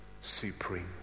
supreme